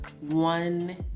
one